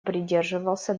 придерживался